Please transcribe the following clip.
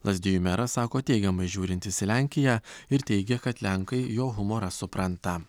lazdijų meras sako teigiamai žiūrintis į lenkiją ir teigia kad lenkai jo humorą supranta